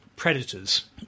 Predators